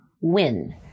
win